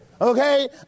Okay